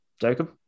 Jacob